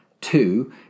two